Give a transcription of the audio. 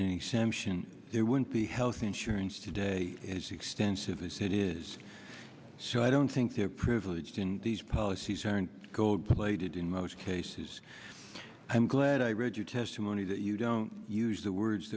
said there would be health insurance today as extensive as it is so i don't think there are privileged in these policies aren't gold plated in most cases i'm glad i read your testimony that you don't use the words